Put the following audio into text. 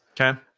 Okay